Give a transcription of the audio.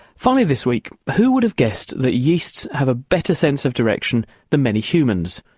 finally this week, who would have guessed that yeasts have a better sense of direction than many humans?